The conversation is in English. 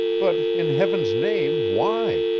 but in heaven's name, why?